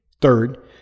Third